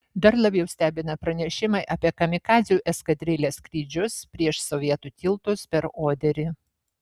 dar labiau stebina pranešimai apie kamikadzių eskadrilės skrydžius prieš sovietų tiltus per oderį